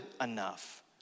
enough